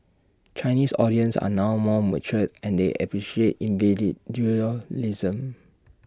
Chinese audience are now more mature and they appreciate